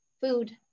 food